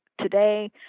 today